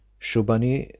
shubbaunee,